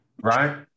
right